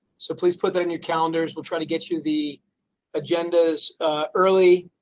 so, please put that on your calendars. we'll try to get you the agendas early.